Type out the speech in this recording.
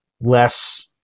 less